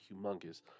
humongous